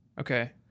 Okay